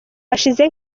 hashize